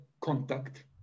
contact